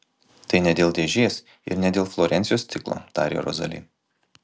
tai ne dėl dėžės ir ne dėl florencijos stiklo tarė rozali